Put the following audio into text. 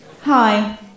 Hi